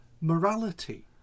morality